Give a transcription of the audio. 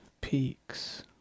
peaks